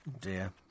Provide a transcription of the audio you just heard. Dear